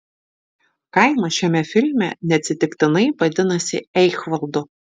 kaimas šiame filme neatsitiktinai vadinasi eichvaldu